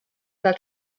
fel